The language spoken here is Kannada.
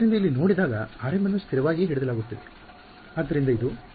ಆದ್ದರಿಂದ ಇಲ್ಲಿ ನೋಡಿದಾಗ rm ಅನ್ನು ಸ್ಥಿರವಾಗಿ ಹಿಡಿದಿಡಲಾಗುತ್ತಿದೆ ಆದ್ದರಿಂದ ಇದು